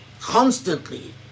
constantly